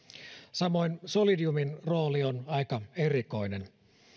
samoin solidiumin rooli on aika erikoinen